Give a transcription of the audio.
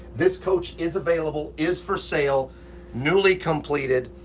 this coach is available is for sale newly completed.